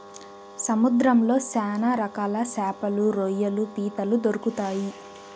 సముద్రంలో శ్యాన రకాల శాపలు, రొయ్యలు, పీతలు దొరుకుతాయి